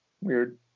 Weird